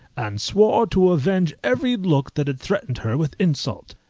and swore to avenge every look that had threatened her with insult.